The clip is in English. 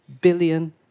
billion